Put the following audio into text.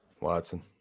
Watson